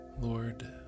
Lord